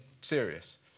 serious